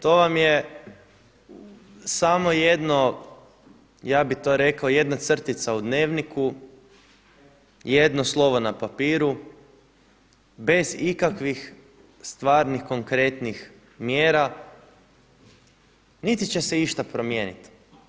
To vam je samo jedno, ja bih to rekao, jedna crtica u dnevniku, jedno slovo na papiru bez ikakvih stvarnih, konkretnih mjera, niti će se išta promijeniti.